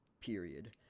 period